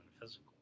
physical